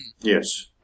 Yes